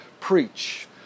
preach